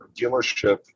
dealership